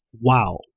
Wow